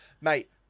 Mate